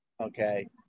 Okay